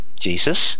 Jesus